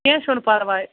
کیٚنٛہہ چھُنہٕ پَرواے